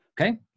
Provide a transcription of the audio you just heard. Okay